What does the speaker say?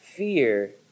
Fear